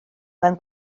mewn